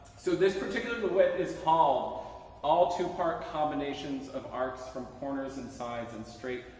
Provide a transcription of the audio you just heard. so this particular lewitt is called all two part combinations of arts from corners and sides and straight,